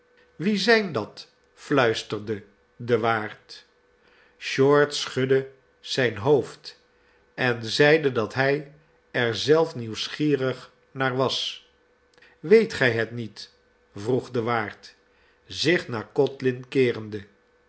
wie zijn dat fluisterde de waard short schudde zijn hoofd en zeide dat hij er zelf nieuwsgierig naar was weet gij het niet vroeg de waard zich naar codlin keerende